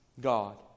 God